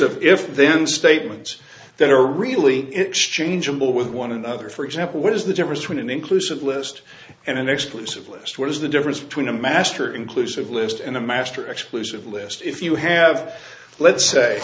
of if then statements that are really exchangeable with one another for example what is the difference between an inclusive list and an exclusive list what is the difference between a master inclusive list and a master xclusive list if you have let's say